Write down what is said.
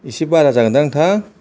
इसे बारा जागोनदां नोंथां